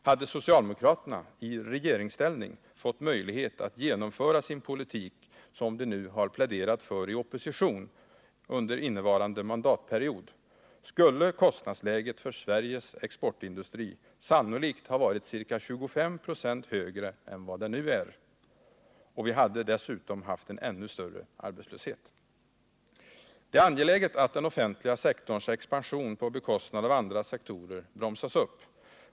Hade socialdemokraterna i regeringsställning fått möjlighet att genomföra den politik som de nu har pläderat för i oppositionen under innevarande mandatperiod, skulle kostnadsläget för Sveriges exportindustri sannolikt ha varit ca 25 96 högre än vad det nu är, och vi hade dessutom haft en ännu större arbetslöshet. Det är angeläget att den offentliga sektorns expansion på bekostnad av andra sektorer bromsas upp.